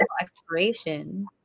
exploration